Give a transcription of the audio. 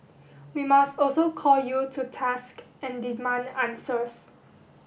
we must also call you to task and demand answers